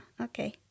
okay